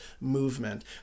movement